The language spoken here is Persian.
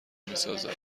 میسازد